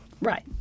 right